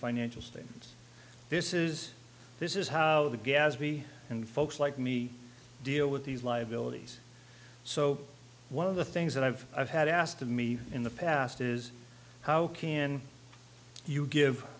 financial statements this is this is how the gaz we and folks like me deal with these liabilities so one of the things that i've i've had asked to me in the past is how can you give